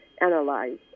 analyze